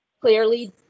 clearly